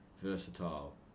versatile